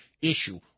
issue